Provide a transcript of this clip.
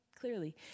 clearly